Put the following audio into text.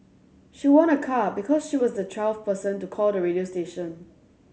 she won a car because she was the twelfth person to call the radio station